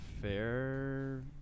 Fair